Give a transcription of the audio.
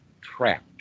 trapped